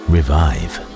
Revive